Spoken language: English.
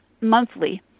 monthly